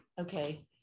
Okay